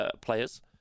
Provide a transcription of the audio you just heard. players